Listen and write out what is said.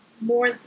more